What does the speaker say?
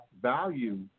value